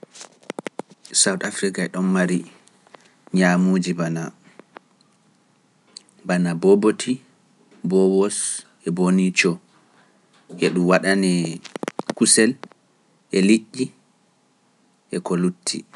South Africa e ɗon mari nyaamuuji bana, bana booboti, boowos e boonico, ngel ɗum waɗani kusel e liƴƴi e ko lutti